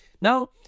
Now